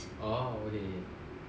orh okay K